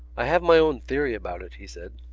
i have my own theory about it, he said.